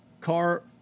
car